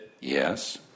Yes